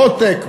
מו-טק,